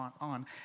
on